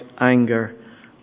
anger